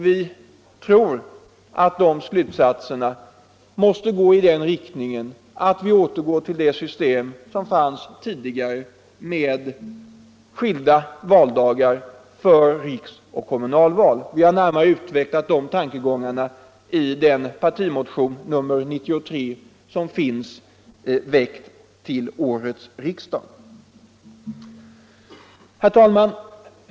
Vi tror att de slutsatserna måste gå i riktning mot en återgång till det system som fanns tidigare med skilda valdagar för riksoch kommunalval. Vi har närmare utvecklat de tankegångarna i den partimotion nr 93 som väckts vid årets riksdag. Herr talman!